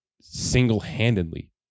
single-handedly